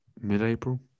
mid-April